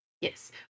Yes